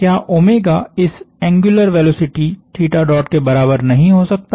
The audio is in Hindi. क्या इस एंग्युलर वेलोसिटी के बराबर नहीं हो सकता